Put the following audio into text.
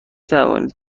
توانید